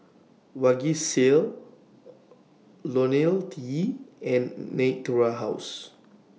Vagisil Lonil T and Natura House